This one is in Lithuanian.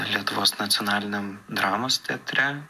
lietuvos nacionaliniam dramos teatre